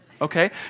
okay